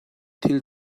thil